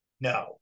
No